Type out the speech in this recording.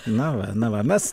na na va mes